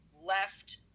left